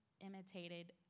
imitated